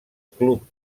club